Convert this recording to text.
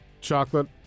chocolate